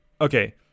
Okay